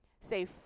say